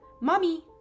Mommy